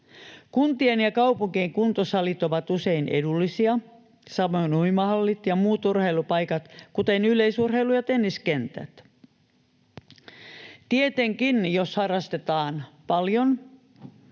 Kuntien ja kaupunkien kuntosalit ovat usein edullisia, samoin uimahallit ja muut urheilupaikat, kuten yleisurheilu- ja tenniskentät. Tietenkin, jos harrastetaan paljon,